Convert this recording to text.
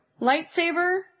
Lightsaber